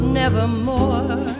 nevermore